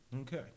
Okay